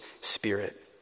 spirit